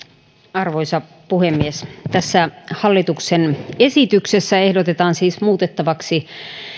arvoisa puhemies tässä hallituksen esityksessä ehdotetaan siis muutettavaksi